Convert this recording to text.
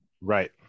Right